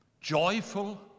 joyful